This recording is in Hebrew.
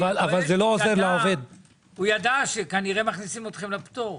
הוא ידע שכנראה מכניסים אתכם לפטור.